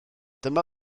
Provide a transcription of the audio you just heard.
dyma